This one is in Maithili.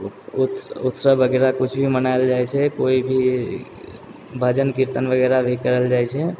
उत उत्सव वगैरह कुछ भी मनायल जाइ छै कोई भी भजन कीर्तन वगैरह भी करल जाइ छै